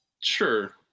sure